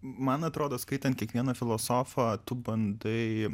man atrodo skaitant kiekvieną filosofą tu bandai